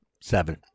seven